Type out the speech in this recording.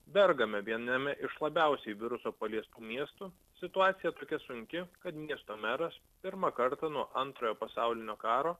bergame viename iš labiausiai viruso paliestų miestų situacija tokia sunki kad miesto meras pirmą kartą nuo antrojo pasaulinio karo